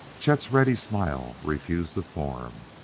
chet's ready smile refused to form.